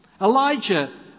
Elijah